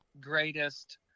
greatest